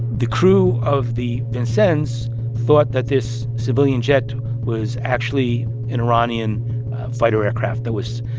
the crew of the vincennes thought that this civilian jet was actually an iranian fighter aircraft that was,